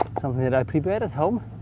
something that i prepared at home.